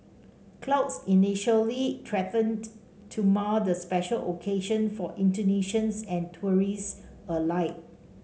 clouds initially threatened to mar the special occasion for Indonesians and tourists alike